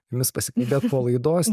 jumis pasikalbėt po laidos